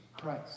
Christ